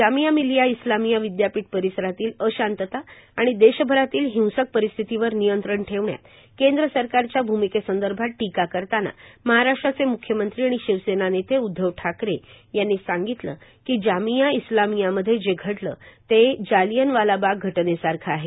जामिया मिलिया इस्लामिया विद्यापीठ परिसरातील अशांतता आणि देशभरातील हिंसक परिस्थितीवर नियंत्रण ठेवण्यात केंद्र सरकारच्या भूमिकेसंदर्भात टीका करताना महाराष्ट्राचे म्ख्यमंत्री आणि शिवसेना नेते उद्धव ठाकरे यांनी सांगितले की जामिया इस्लामियामध्ये जे घडले ते जलियांवालाबाग घटनेसारखे आहे